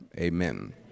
Amen